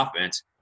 offense